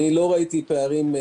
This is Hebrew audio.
אני לא ראיתי פערים.